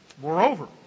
Moreover